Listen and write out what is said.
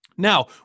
Now